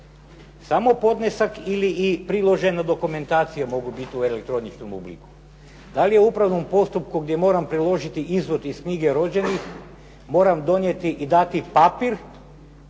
samo podnesak ili i priložena dokumentacija mogu biti u elektroničkom obliku? Da li je u upravnom postupku gdje moram priložiti i izvod iz knjige rođenih, moram donijeti i dati papir